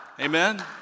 Amen